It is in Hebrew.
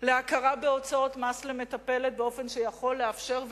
להכרה בהוצאות מס למטפלת שיכולה לאפשר,